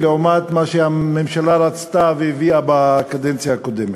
למה שהממשלה רצתה והביאה בקדנציה הקודמת.